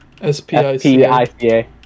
S-P-I-C-A